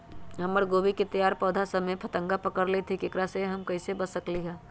हमर गोभी के तैयार पौधा सब में फतंगा पकड़ लेई थई एकरा से हम कईसे बच सकली है?